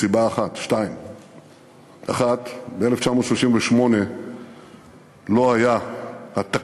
משתי סיבות: 1. ב-1938 לא היה התקדים